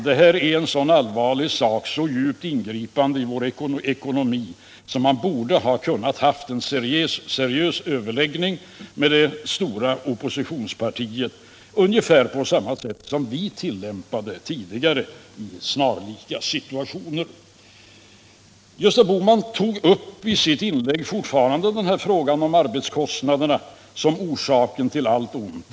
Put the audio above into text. Det här är en så allvarlig sak, så djupt ingripande i vår ekonomi, att man borde ha kunnat ha en seriös överläggning med det stora oppositionspartiet — ungefär på samma sätt som vi tidigare tilllämpade i snarlika situationer. Gösta Bohman tog i sitt inlägg fortfarande upp den här frågan om arbetskostnaderna som orsaken till allt ont.